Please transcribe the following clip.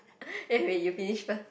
you finish first